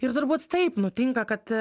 ir turbūt taip nutinka kad